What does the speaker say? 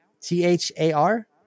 T-H-A-R